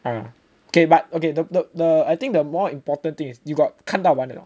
ah okay but okay the the I think the more important thing is you got 看到完 or not